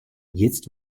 jetzt